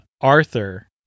Arthur